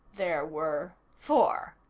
there were four.